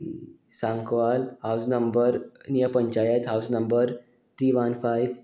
Sankwal house number near panchayat house number three one five